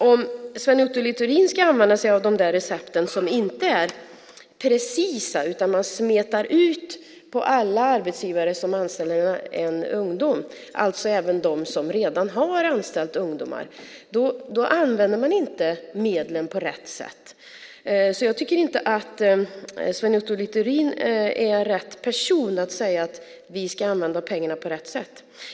Om Sven Otto Littorin ska använda sig av de recept som inte är precisa utan som innebär att man smetar ut detta på alla arbetsgivare som anställer ungdomar, alltså även dem som redan har anställt ungdomar, använder man inte medlen på rätt sätt. Jag tycker inte att Sven Otto Littorin är rätt person att säga att vi ska använda pengarna på rätt sätt.